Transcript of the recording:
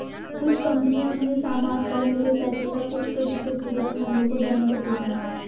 कुछ कंपनियां अपने समान पर मिले पैसे का कुछ प्रतिशत जरूरतमंदों को दान कर देती हैं